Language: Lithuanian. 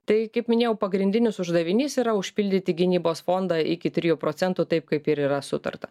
tai kaip minėjau pagrindinis uždavinys yra užpildyti gynybos fondą iki trijų procentų taip kaip ir yra sutarta